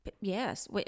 Yes